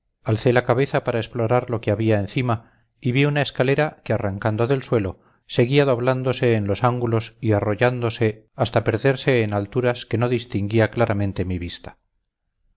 alcé la cabeza para explorar lo que había encima y vi una escalera que arrancando del suelo seguía doblándose en los ángulos y arrollándose hasta perderse en alturas que no distinguía claramente mi vista